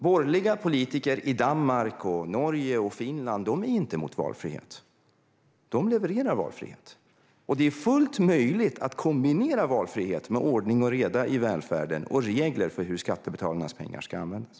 Borgerliga politiker i Danmark, Norge och Finland är inte emot valfrihet. De levererar valfrihet. Det är fullt möjligt att kombinera valfrihet med ordning och reda i välfärden och regler för hur skattebetalarnas pengar ska användas.